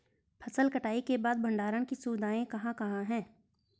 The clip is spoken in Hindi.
फसल कटाई के बाद भंडारण की सुविधाएं कहाँ कहाँ हैं?